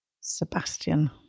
Sebastian